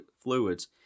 fluids